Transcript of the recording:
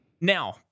Now